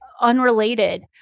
unrelated